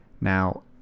now